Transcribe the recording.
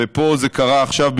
וזה קרה פה עכשיו,